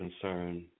concern